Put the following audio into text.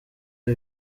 ibi